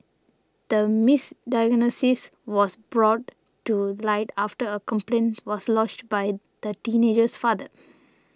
the misdiagnosis was brought to light after a complaint was lodged by the teenager's father